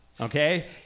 okay